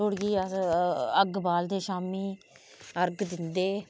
लोहड़ी गी अस अग्ग बालदे शामी अर्घ दिंदे